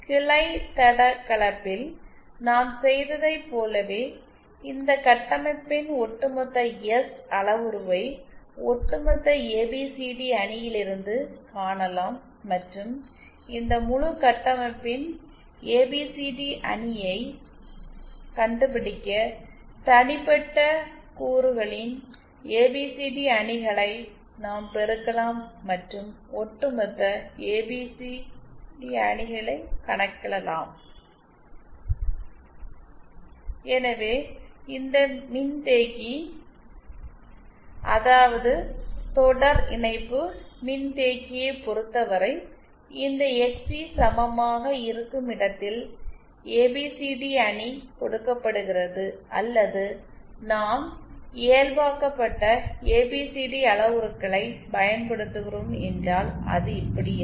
கிளை தட கலப்பில் நாம் செய்ததைப் போலவே இந்த கட்டமைப்பின் ஒட்டுமொத்த எஸ் அளவுருவை ஒட்டுமொத்த ஏபிசிடி அணியில் இருந்து காணலாம் மற்றும் இந்த முழு கட்டமைப்பின் ஏபிசிடி அணியை கண்டுபிடிக்க தனிப்பட்ட கூறுகளின் ஏபிசிடி அணிகளை நாம் பெருக்கலாம் மற்றும் ஒட்டுமொத்த ஏபிசி அணியை கணக்கிடலாம் எனவே இந்த மின்தேக்கி அதாவது தொடர் இணைப்பு மின்தேக்கியைப் பொறுத்தவரை இந்த எக்ஸ்சி சமமாக இருக்கும் இடத்தில் ஏபிசிடி அணி கொடுக்கப்படுகிறது அல்லது நாம் இயல்பாக்கப்பட்ட ஏபிசிடி அளவுருக்களைப் பயன்படுத்துகிறோம் என்றால் அது இப்படி இருக்கும்